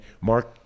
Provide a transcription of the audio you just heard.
Mark